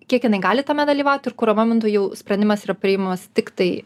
kiek jinai gali tame dalyvaut ir kuriuo metu jau sprendimas yra priimamas tiktai